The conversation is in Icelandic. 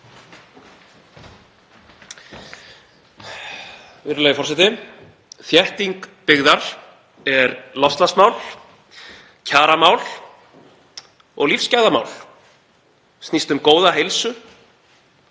Þétting byggðar er loftslagsmál, kjaramál og lífsgæðamál, snýst um góða og